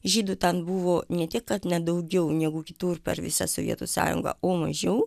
žydų ten buvo ne tik kad ne daugiau negu kitų ir per visą sovietų sąjungą o mažiau